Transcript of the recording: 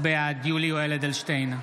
בעד יולי יואל אדלשטיין,